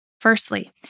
Firstly